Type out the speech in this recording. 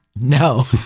No